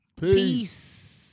Peace